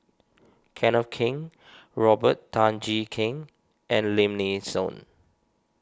Kenneth Keng Robert Tan Jee Keng and Lim Nee Soon